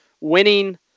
winning